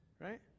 right